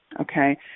okay